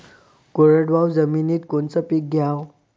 कोरडवाहू जमिनीत कोनचं पीक घ्याव?